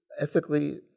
ethically